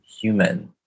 human